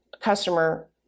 customer